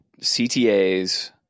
CTAs